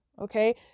Okay